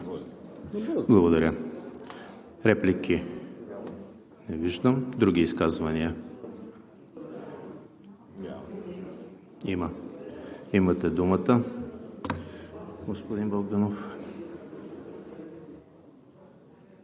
Благодаря. Реплики? Не виждам. Други изказвания? Имате думата, господин Богданов.